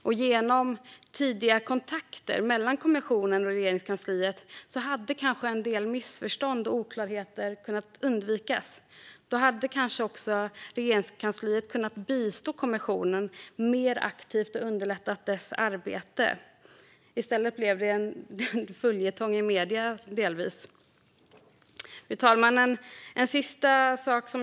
Genom tidiga kontakter mellan kommissionen och Regeringskansliet hade kanske en del missförstånd och oklarheter kunnat undvikas. Då hade Regeringskansliet kanske också kunnat bistå kommissionen mer aktivt och underlättat dess arbete. I stället blev det delvis en följetong i medierna. Fru talman!